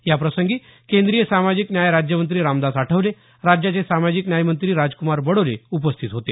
याप्रसंगी केंद्रीय सामाजिक न्याय राज्यमंत्री रामदास आठवले राज्याचे सामाजिक न्याय मंत्री राज्कुमार बडोले उपस्थित होते